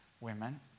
women